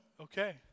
okay